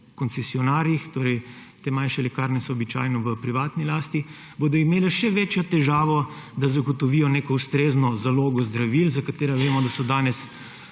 koncesionarjih, torej te manjše lekarne so običajno v privatni lasti, bodo imele še večjo težavo, da zagotovijo neko ustrezno zalogo zdravil, za katere vemo, da so danes